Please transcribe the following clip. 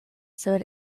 sur